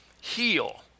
heal